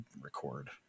record